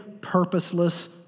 purposeless